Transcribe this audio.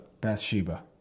Bathsheba